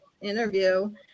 interview